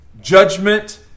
judgment